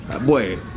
boy